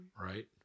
right